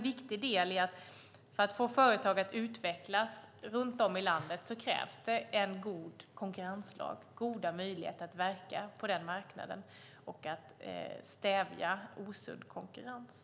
För att få företag runt om i landet att utvecklas krävs en god konkurrenslag, goda möjligheter att verka på marknaden och ett stävjande av osund konkurrens.